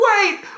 wait